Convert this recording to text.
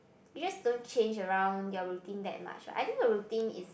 you just don't change around your routine that much ah I think a routine is